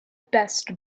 best